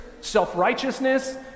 self-righteousness